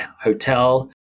hotel